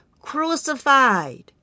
crucified